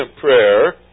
prayer